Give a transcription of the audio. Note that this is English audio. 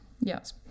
Yes